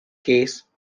case